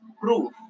proof